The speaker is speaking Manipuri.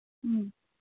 ꯎꯝ